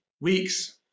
weeks